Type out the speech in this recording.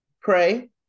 pray